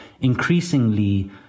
increasingly